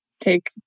take